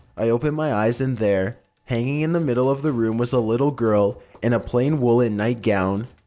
i opened my eyes and there, hanging in the middle of the room was a little girl in a plain woolen nightgown,